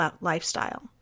lifestyle